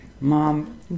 Mom